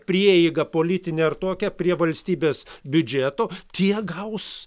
prieiga politinė ar tokia prie valstybės biudžeto tie gaus